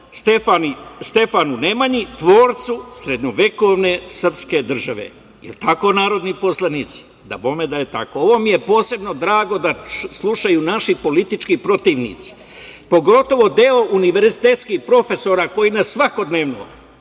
Stefanu Nemanji tvorcu srednjevekovne srpske države. Je li tako narodni poslanici? Dabome da je tako. Ovo mi je posebno drago da slušaju naši politički protivnici, pogotovo deo univerzitetskih profesora koji nas svakodnevno